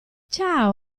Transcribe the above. ciao